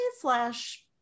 slash